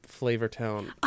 Flavortown